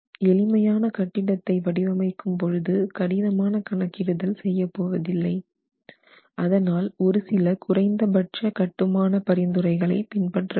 எளிமையான கட்டிடத்தை வடிவமைக்கும் பொழுது கடினமான கணக்கிடுதல் செய்யப்போவதில்லை அதனால் ஒரு சில குறைந்தபட்ச கட்டுமான பரிந்துரைகளை பின்பற்ற வேண்டும்